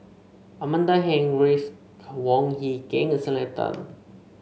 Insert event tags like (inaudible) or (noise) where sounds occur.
Amanda Heng Ruth (unintelligible) Wong Hie King and Selena Tan